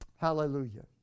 Hallelujah